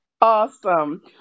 Awesome